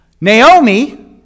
Naomi